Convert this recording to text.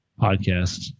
podcast